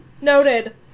Noted